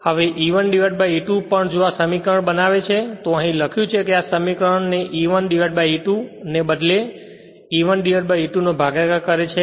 હવે E1 E2 પણ જો આ સમીકરણ બનાવે છે તો અહીં લખ્યું છે કે આ સમીકરણ તેને E1 E2 ને ફક્ત E1 E2 નો ભાગાકાર કરે છે